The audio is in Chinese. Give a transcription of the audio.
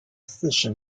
四十